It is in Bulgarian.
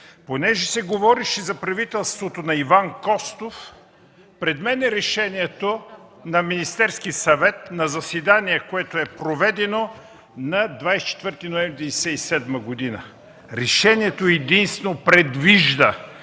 Понеже се говореше за правителството на Иван Костов, пред мен е решението на Министерския съвет на заседание, проведено на 24 ноември 1997 г. Решението единствено предвижда